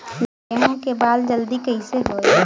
गेहूँ के बाल जल्दी कईसे होई?